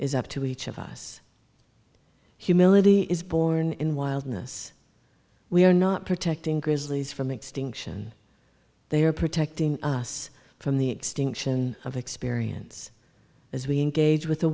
is up to each of us humility is born in wildness we are not protecting grizzlies from extinction they are protecting us from the extinction of experience as we engage with the